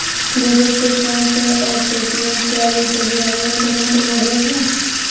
Google pay PhonePe और Paytm क्या ये सभी ऑनलाइन पेमेंट मोड ऐप हैं?